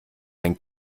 ein